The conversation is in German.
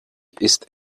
ist